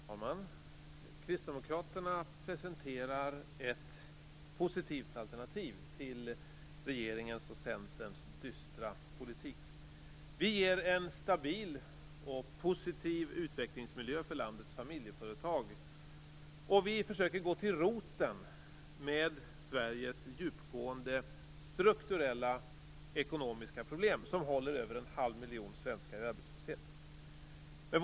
Fru talman! Kristdemokraterna presenterar ett positivt alternativ till regeringens och Centerns dystra politik. Vi ger en stabil och positiv utvecklingsmiljö för landets familjeföretag, och vi försöker gå till roten med Sveriges djupgående strukturella ekonomiska problem som håller över en halv miljon svenskar i arbetslöshet.